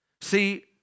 See